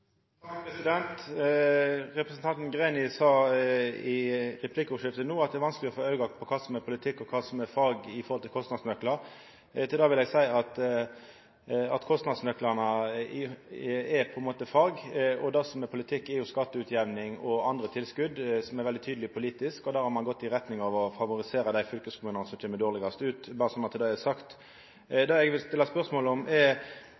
vanskeleg å få auge på kva som er politikk, og kva som er fag, når det gjeld kostnadsnøklar. Til det vil eg seia at kostnadsnøklane på ein måte er fag, og det som er politikk, er skatteutjamning og andre tilskott – det er det som er veldig tydeleg politisk. Der har ein gått i retning av å favorisera dei fylkeskommunane som kjem dårlegast ut. – Berre slik at det er sagt. Det eg ønskjer å stilla spørsmål om, er